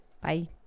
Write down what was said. Bye